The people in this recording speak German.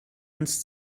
ans